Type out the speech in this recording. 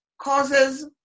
causes